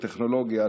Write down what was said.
הטכנולוגיה,